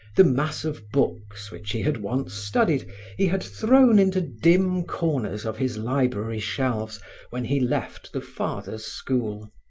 the mass of books which he had once studied he had thrown into dim corners of his library shelves when he left the fathers' school.